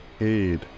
Aid